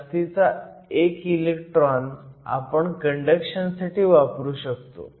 हा जास्तीचा 1 इलेक्ट्रॉन अआपण कंडक्शनसाठी वापरू शकतो